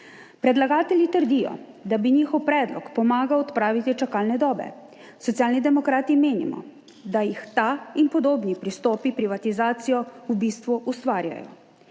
Predlagatelji trdijo, da bi njihov predlog pomagal odpraviti čakalne dobe. Socialni demokrati menimo, da ta in podobni pristopi privatizacijo v bistvu ustvarjajo,